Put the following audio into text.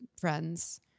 friends